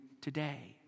today